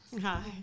hi